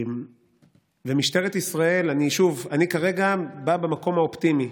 משטרת ישראל, שוב, אני כרגע במקום האופטימי.